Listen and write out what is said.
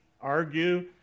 argue